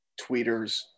tweeters